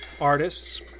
artists